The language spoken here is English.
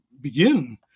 begin